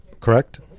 correct